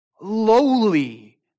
Lowly